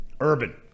Urban